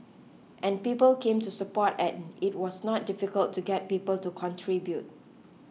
and people came to support and it was not difficult to get people to contribute